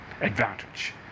advantage